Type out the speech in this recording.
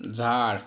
झाड